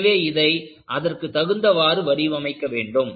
எனவே இதை அதற்கு தகுந்தவாறு வடிவமைக்க வேண்டும்